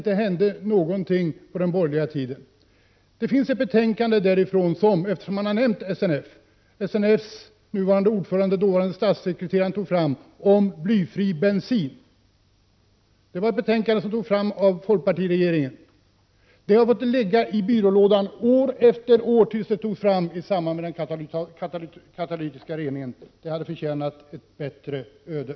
Eftersom Jan Fransson nu har nämnt SNF, vill jag framhålla att det faktiskt finns ett betänkande, som SNF:s nuvarande ordförande, dåvarande statssekreteraren, utarbetade om blyfri bensin. Detta betänkande utformades alltså av folkpartiregeringen. Det har fått ligga i byrålådan år efter år tills det togs fram i samband med den katalytiska reningen. Detta betänkande hade förtjänat ett bättre öde.